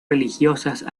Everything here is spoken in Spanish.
religiosas